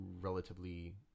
relatively